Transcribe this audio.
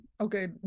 okay